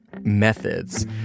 methods